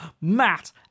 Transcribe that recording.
Matt